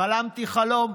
חלמתי חלום,